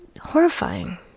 horrifying